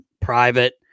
private